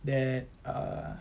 that uh